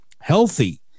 healthy